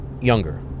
younger